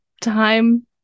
time